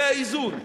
זה האיזון.